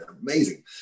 amazing